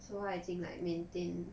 so I think like maintain